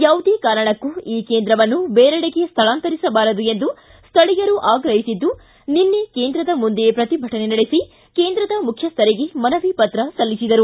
ಯಾವುದೇ ಕಾರಣಕ್ಕೂ ಈ ಕೇಂದ್ರವನ್ನು ಬೇರೆಡೆಗೆ ಸ್ಟಳಾಂತರಿಸಬಾರದು ಎಂದು ಸ್ವಳೀಯರು ಆಗ್ರಹಿಸಿದ್ದು ನಿನ್ನೆ ಕೇಂದ್ರದ ಮುಂದೆ ಪ್ರತಿಭಟನೆ ನಡೆಸಿ ಕೇಂದ್ರದ ಮುಖ್ಚಸ್ಟರಿಗೆ ಮನವಿ ಪತ್ರ ಸಲ್ಲಿಸಿದರು